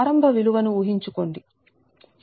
ప్రారంభ విలువ ను ఊహించుకోండి